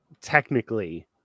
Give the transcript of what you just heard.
technically